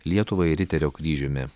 lietuvai riterio kryžiumi